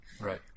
Right